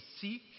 seek